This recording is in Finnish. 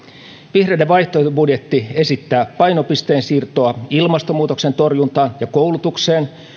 vihreiden vaihtoehtobudjetti esittää painopisteen siirtoa ilmastonmuutoksen torjuntaan ja koulutukseen